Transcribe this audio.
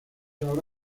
ahora